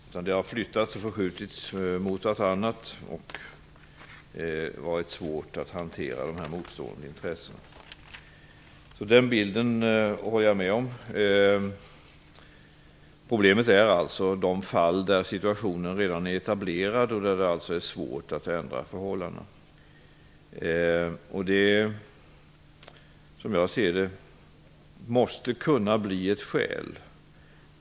Dessa motstående intressen har ställts mot varandra, och det har varit svårt att hantera situationen. Den bilden håller jag alltså med om. Problemet är de fall då situationen redan är etablerad, då det är svårt att ändra förhållandena.